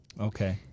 Okay